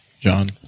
John